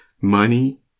money